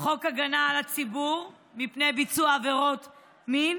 ההגנה על הציבור מפני ביצוע עבירות מין,